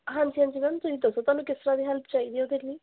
ਹਾਂਜੀ ਹਾਂਜੀ ਮੈਮ ਤੁਸੀਂ ਦੱਸੋ ਤੁਹਾਨੂੰ ਕਿਸ ਤਰ੍ਹਾਂ ਦੀ ਹੈਲਪ ਚਾਹੀਦੀ ਹੈ ਉਹਦੇ ਲਈ